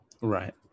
Right